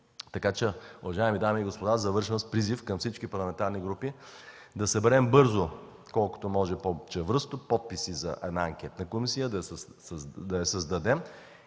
позиция. Уважаеми дами и господа, завършвам с призив към всички парламентарни групи: да съберем бързо, колкото се може по-чевръсто подписи за анкетна комисия, да я създадем